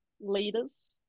leaders